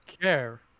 care